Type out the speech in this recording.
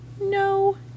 no